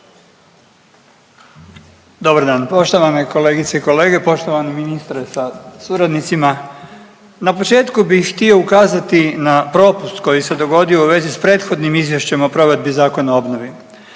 Dobar dan, poštovane kolegice i kolege, poštovani ministre sa suradnicima. Na početku bi htio ukazati na propust koji se dogodio u vezi s prethodnim izvješćem o provedbi Zakona o obnovi.